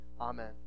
amen